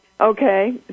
Okay